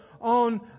on